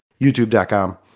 youtube.com